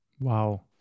Wow